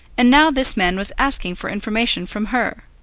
and now this man was asking for information from her.